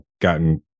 gotten